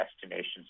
destinations